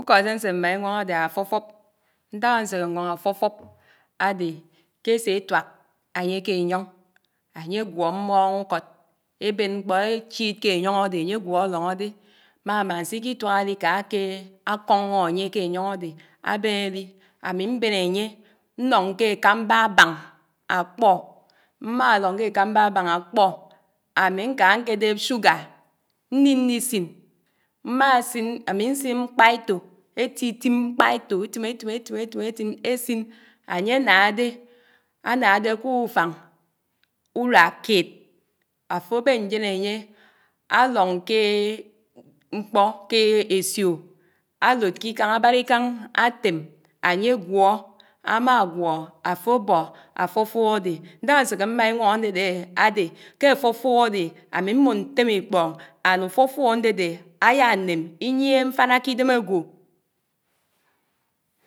Ñse mmà ìwóñ ádé áfófób, ñtak ánṣéhé ñwòñ áfófób ádé késé étùák ányè k’eyóñ ányé gwó mmón ùkód ébén mkpó échid ké áyóñ ádè ányégwò áléñó dé, ámámá ñsíkítùák álíká kééé ákóñó ányé ké áyóñ adé ábén álí àmí mbén ányé ñtóñ ké àkàmbá, ábáñ ákpó, mmá ióñ ké ekàmbá ábáñ ákpò, ámí ñká ñkédeb sugar ñníní sín, mmasin amí ñsín mkpáétò, étitim mkpáétò étìm étìm étìm étìm étìm ésin ányé ánádé, anádé kùfañ ùùá ked, áfòbén ñjén ányé álóñ kéééé mkpó kééé ésío álòd k’íkáñ ábárá íkàñ, átém ányé gwó, amá gwò áfòbó áfófób ádé. Ñtáhá ánséké má íwóñ ándédé ádé ké áfofób ádé, ámí mmò ñtém íkpóñ and ifófób ándédé áyáném íyiéhé mfáná k’idém ágwò.